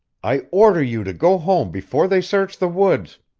i order you to go home before they search the woods.